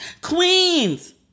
Queens